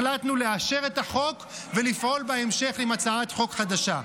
החלטנו לאשר את החוק ולפעול בהמשך עם הצעת חוק חדשה.